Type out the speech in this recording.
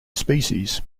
species